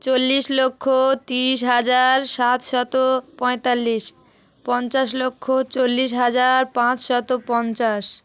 চল্লিশ লক্ষ তিরিশ হাজার সাত শত পঁয়তাল্লিশ পঞ্চাশ লক্ষ চল্লিশ হাজার পাঁচ শত পঞ্চাশ